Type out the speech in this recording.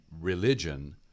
religion